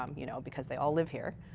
um you know because they all live here.